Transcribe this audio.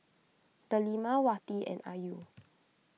Delima Wati and Ayu